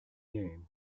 game